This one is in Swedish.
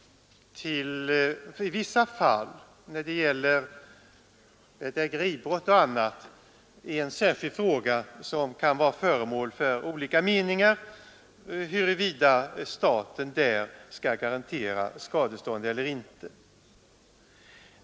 När det gäller bedrägeribrott och liknande kan det ju finnas olika meningar om huruvida staten skall garantera skadestånd eller inte.